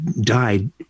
died